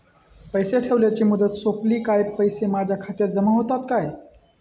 पैसे ठेवल्याची मुदत सोपली काय पैसे माझ्या खात्यात जमा होतात काय?